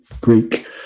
Greek